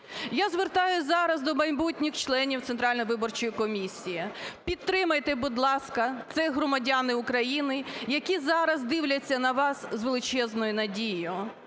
Я звертаюсь зараз до майбутніх членів Центральної виборчої комісії: підтримайте, будь ласка, це громадяни України, які зараз дивляться на вас з величезною надією.